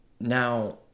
Now